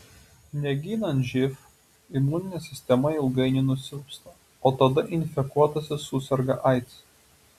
negydant živ imuninė sistema ilgainiui nusilpsta o tada infekuotasis suserga aids